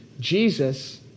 Jesus